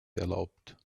erlaubt